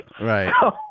Right